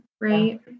right